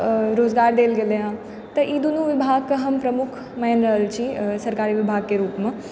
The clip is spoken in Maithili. अऽ रोजगार देल गेलै हऽ तऽ ई दुनू बिभाग के हम प्रमुख मानि रहल छी अऽ सरकारी बिभागके रूपमे